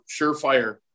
surefire